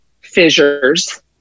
fissures